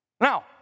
Now